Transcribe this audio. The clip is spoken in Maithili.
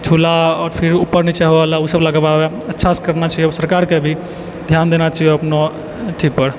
झूला आओर फिर उपर नीचावला ओसब लगबाबै अच्छासँ करना चाहिओ ओ सरकारके भी धियान देना चाहिओ अपना अथीपर